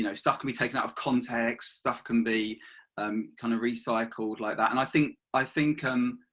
you know stuff can be taken out of context, stuff can be um kind of recycled like that and i think i think